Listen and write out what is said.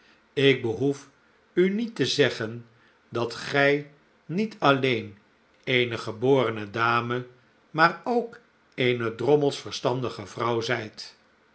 ik behoef u niet te zeggen dat gij niet alleen eene geborene dame maar ook eene drommels verstandige vrouw zijt